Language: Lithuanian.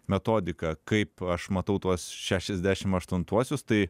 metodika kaip aš matau tuos šešiasdešim aštuntuosius tai